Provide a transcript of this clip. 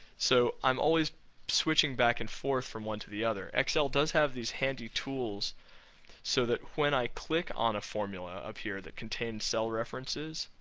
so, i'm always switching back and forth from one to the other. excel does have these handy tools so that when i click on a formula up here that contains cell references,